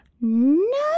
No